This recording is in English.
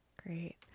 great